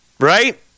right